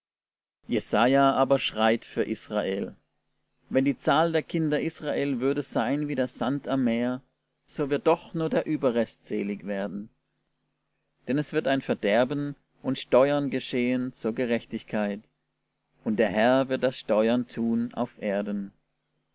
jesaja aber schreit für israel wenn die zahl der kinder israel würde sein wie der sand am meer so wird doch nur der überrest selig werden denn es wird ein verderben und steuern geschehen zur gerechtigkeit und der herr wird das steuern tun auf erden